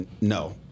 no